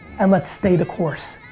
and let's stay the course.